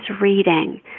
reading